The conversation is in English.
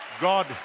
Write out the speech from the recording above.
god